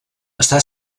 està